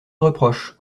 reproches